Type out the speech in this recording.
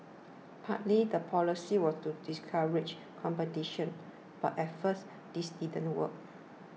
partly the policy was to discourage competition but at first this didn't work